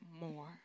more